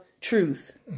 truth